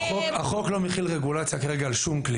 החוק לא מחיל רגולציה כרגע על שום כלי.